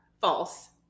False